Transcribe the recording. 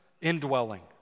indwelling